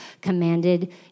commanded